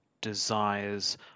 desires